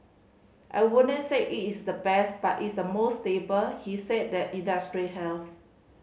I wouldn't say it is the best but it's the most stable he said that industry health